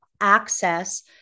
access